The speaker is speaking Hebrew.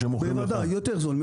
כן, יותר זול.